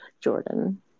Jordan